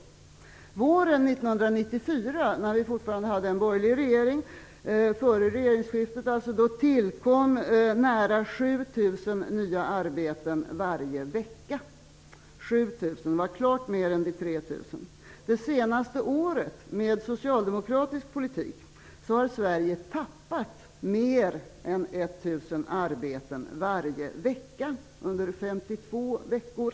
Under våren 1994 före regeringsskiftet, när vi fortfarande hade en borgerlig regering, tillkom nära 7 000 nya arbeten varje vecka. 7 000 är klart mer än 3 000. Under det senaste året med socialdemokratisk politik har Sverige tappat mer än 1 000 arbeten varje vecka under 52 veckor.